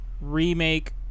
remake